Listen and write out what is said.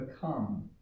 become